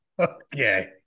Okay